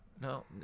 No